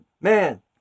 Man